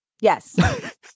yes